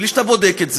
בלי שאתה בודק את זה?